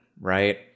right